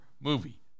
movie